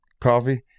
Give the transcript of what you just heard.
coffee